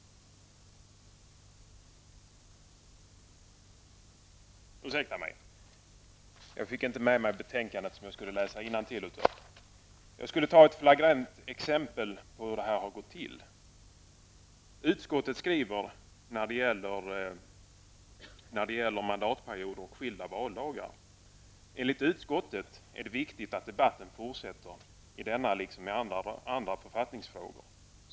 Jag tar ett flagrant exempel. Utskottsmajoriteten skriver om mandatperioder och skilda valdagar: ''Enligt utskottet är det viktigt att debatten fortsätter i denna liksom i en rad andra författningsfrågor.